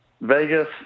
Vegas